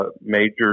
major